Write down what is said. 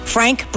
Frank